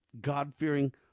God-fearing